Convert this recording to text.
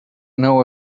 know